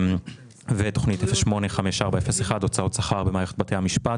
ותכנית 085401 הוצאות שכר במערכת המשפט,